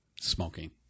smoking